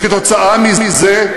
וכתוצאה מזה,